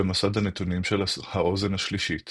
במסד הנתונים של האוזן השלישית